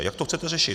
Jak to chcete řešit?